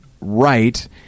right